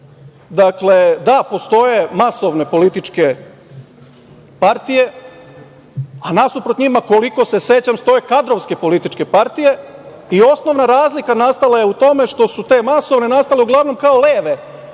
nemoguće, da postoje masovne političke partije, a nasuprot njima, koliko se sećam postoje kadrovske političke partije i osnovna razlika je nastala u tome što su te masovne nastale uglavnom kao leve